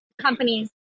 companies